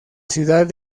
ciudad